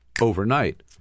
overnight